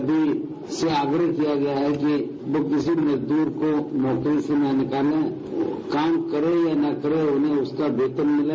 सभी से आग्रह किया गया है कि वो किसी मजदूर को नौकरी से न निकालें काम करें या न करें उन्हें उसका वेतन मिले